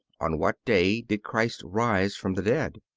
on what day did christ rise from the dead?